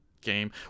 game